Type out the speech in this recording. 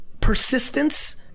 persistence